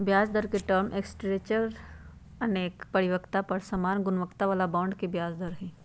ब्याजदर के term structure अनेक परिपक्वता पर समान गुणवत्ता बला बॉन्ड के ब्याज दर हइ